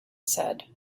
said